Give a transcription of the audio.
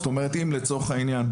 לצורך העניין,